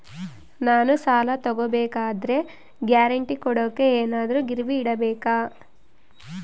ನಾನು ಸಾಲ ತಗೋಬೇಕಾದರೆ ಗ್ಯಾರಂಟಿ ಕೊಡೋಕೆ ಏನಾದ್ರೂ ಗಿರಿವಿ ಇಡಬೇಕಾ?